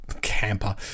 Camper